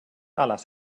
allas